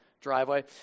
driveway